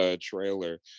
trailer